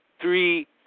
three